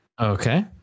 Okay